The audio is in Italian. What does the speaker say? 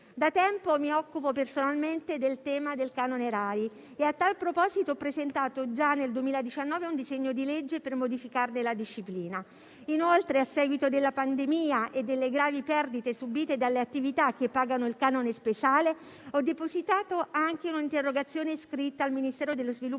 Da tempo mi occupo personalmente del tema del canone RAI e a tal proposito ho presentato già nel 2019 un disegno di legge per modificarne la disciplina. Inoltre, a seguito della pandemia e delle gravi perdite subite dalle attività che pagano il canone speciale, ho depositato anche un'interrogazione scritta al Ministero dello sviluppo